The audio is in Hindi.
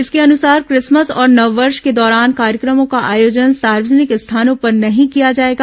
इसके अनुसार क्रिसमस और नववर्ष के दौरान कार्यक्रमों का आयोजन सार्वजनिक स्थानों पर नहीं किया जाएगा